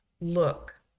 look